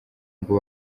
ngo